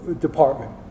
Department